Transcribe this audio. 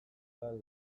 gal